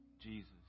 Jesus